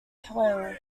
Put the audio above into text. hail